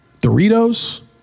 Doritos